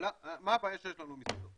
מה הבעיה שיש לנו עם מסעדות?